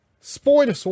Spoiler